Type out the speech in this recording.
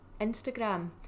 Instagram